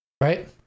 right